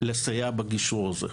לסייע בגישור הזה,